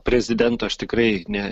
prezidento aš tikrai ne